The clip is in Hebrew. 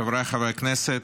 חבריי חברי הכנסת,